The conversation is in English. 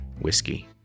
whiskey